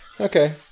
Okay